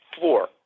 four